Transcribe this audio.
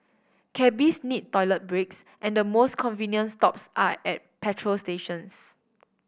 cabbies need toilet breaks and the most convenient stops are at petrol stations